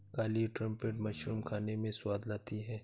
काली trumpet mushroom खाने में स्वाद लाती है